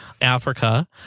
Africa